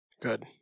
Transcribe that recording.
Good